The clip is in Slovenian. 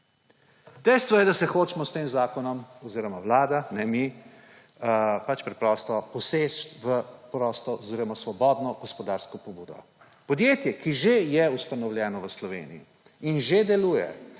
Dejstvo je, da hočemo s tem zakonom – oziroma vlada, ne mi – preprosto poseči v prosto oziroma svobodno gospodarsko pobudo. Podjetje, ki že je ustanovljeno v Sloveniji in že deluje